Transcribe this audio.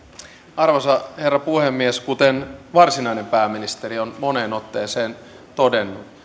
arvoisa herra puhemies kuten varsinainen pääministeri on moneen otteeseen todennut